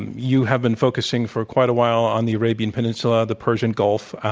you have been focusing for quite awhile on the arabian peninsula, the persian gulf,